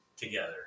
together